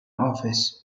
office